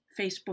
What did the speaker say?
Facebook